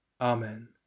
Amen